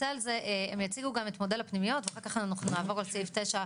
הם יציגו גם את מודל הפנימיות ואחר כך נעבור על סעיף 9,